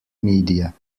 media